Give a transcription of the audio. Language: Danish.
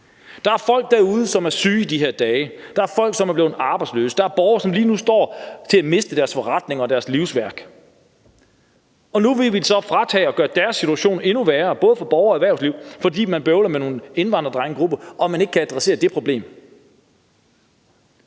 Der er folk derude, som er syge i de her dage. Der er folk, som er blevet arbejdsløse. Der er borgere, som lige nu står til at miste deres forretning og deres livsværk. Og nu vil vi så fratage dem yderligere og gøre deres situation endnu værre, både for borgere og erhvervsliv, fordi man bøvler med nogle indvandrerdrengegrupper og ikke kan adressere det problem.